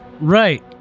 Right